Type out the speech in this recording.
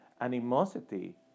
animosity